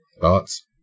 Thoughts